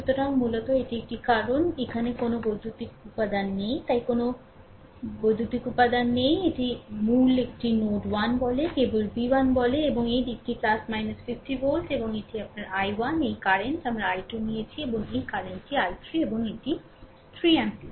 সুতরাং মূলত এটি একটি কারণ এখানে কোনও বৈদ্যুতিক উপাদান নেই তাই কোনও বৈদ্যুতিক উপাদান তাই নয় মূলত এটি নোড 1 বলে কেবল v1 বলে এবং এই দিকটি 50 ভোল্ট এবং এটি আপনার i1 এই কারেন্ট আমরা i2 নিয়েছি এবং এই কারেন্ট টি i3 এবং এটি 3 অ্যাম্পিয়ার